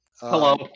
Hello